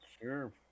Sure